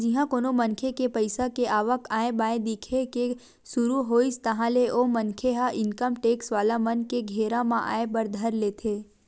जिहाँ कोनो मनखे के पइसा के आवक आय बाय दिखे के सुरु होइस ताहले ओ मनखे ह इनकम टेक्स वाला मन के घेरा म आय बर धर लेथे